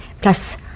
plus